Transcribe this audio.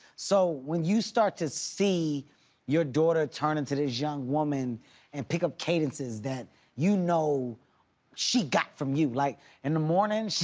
so when you stafort to see your daughter turn into this young woman and pick up cadences that you know she got from you. like in the morning,